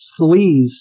sleaze